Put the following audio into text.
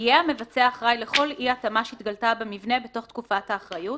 יהיה המבצע אחראי לכל אי-התאמה שהתגלתה במבנה בתוך תקופת האחריות,